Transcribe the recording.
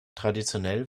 traditionell